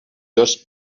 dos